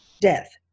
death